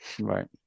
Right